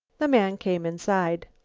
the man came inside.